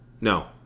No